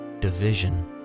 division